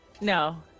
No